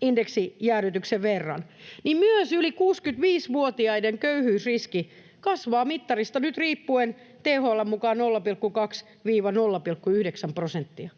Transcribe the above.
indeksijäädytyksen verran, niin että myös yli 65-vuotiaiden köyhyysriski kasvaa nyt, THL:n mukaan mittarista riippuen 0,2—0,9 prosenttia.